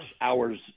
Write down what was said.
hours